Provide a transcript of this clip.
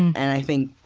and i think